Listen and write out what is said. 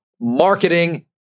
marketing